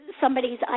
somebody's